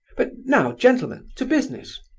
but now, gentlemen, to business!